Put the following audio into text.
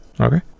Okay